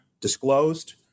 disclosed